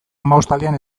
hamabostaldian